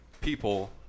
people